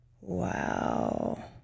wow